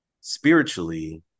spiritually